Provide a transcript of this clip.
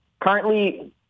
currently